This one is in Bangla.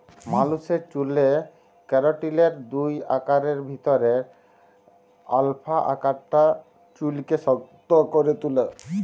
মালুসের চ্যুলে কেরাটিলের দুই আকারের ভিতরে আলফা আকারটা চুইলকে শক্ত ক্যরে তুলে